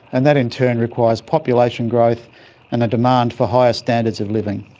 and that in turn requires population growth and a demand for higher standards of living.